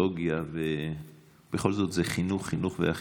טכנולוגיה, ובכל זאת זה חינוך, חינוך ואכיפה.